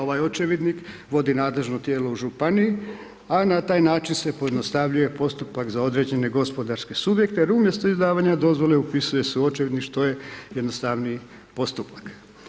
Ovaj Očevidnik vodi nadležno tijelo u županiji, a na taj način se pojednostavljuje postupak za određene gospodarske subjekte jer umjesto izdavanja dozvole, upisuje se u Očevidnik, što je jednostavniji postupak.